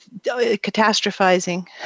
catastrophizing